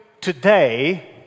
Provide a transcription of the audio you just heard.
today